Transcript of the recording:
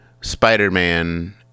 spider-man